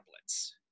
tablets